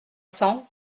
cents